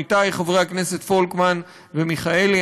עמיתי חברי הכנסת פולקמן ומיכאלי.